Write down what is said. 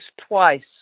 twice